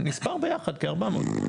נספר ביחד כ-400.